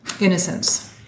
innocence